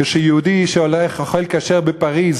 כשיהודי אוכל כשר בפריז